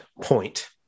point